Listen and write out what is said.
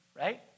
right